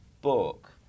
book